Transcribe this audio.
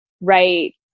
right